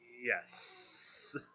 Yes